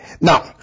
Now